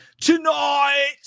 Tonight